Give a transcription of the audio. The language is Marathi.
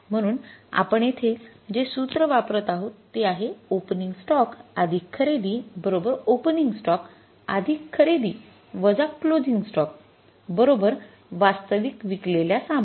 म्हणून आपण येथे जे सूत्र वापरात आहोत ते आहे ओपनिंग स्टॉक खरेदी ओपनिंग स्टॉक खरेदी वजा क्लोसिंग स्टॉक वास्तविक विकलेल्या सामग्री